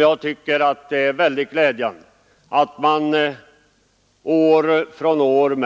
Jag tycker att det är glädjande att år från år